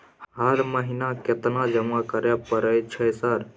हर महीना केतना जमा करे परय छै सर?